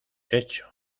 hecho